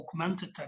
augmented